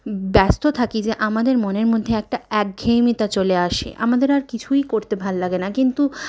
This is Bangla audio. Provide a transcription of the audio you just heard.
ব্যস্ত থাকি যে আমাদের মনের মধ্যে একটা একঘেয়েমি চলে আসে আমাদের আর কিছুই করতে ভালো লাগেনা কিন্তু